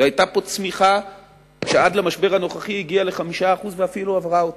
היתה פה צמיחה שעד למשבר הנוכחי היא הגיעה ל-5% ואפילו עברה אותו.